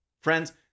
Friends